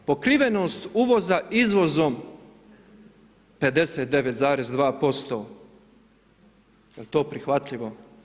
Pokrivenost uvoza izvozom 59,2%, jel to prihvatljivo?